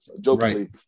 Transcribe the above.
jokingly